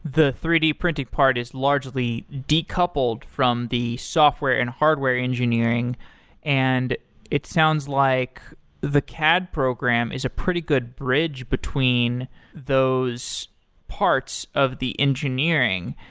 the three d printing part is largely decoupled from the software and hardware engineering and it sounds like the cad program is a pretty good bridge between those parts of the engineering.